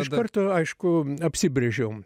iš karto aišku apsibrėžiau